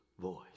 voice